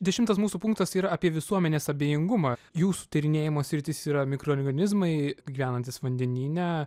dešimtas mūsų punktas yra apie visuomenės abejingumą jūsų tyrinėjimo sritis yra mikroorganizmai gyvenantys vandenyne